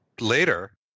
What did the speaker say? later